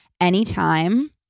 anytime